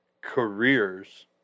careers